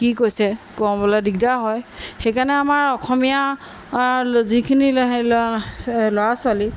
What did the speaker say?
কি কৈছে ক'বলৈ দিগদাৰ হয় সেইকাৰণে আমাৰ অসমীয়া যিখিনি ল'ৰা ছোৱালী